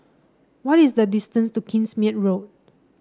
what is the distance to Kingsmead Road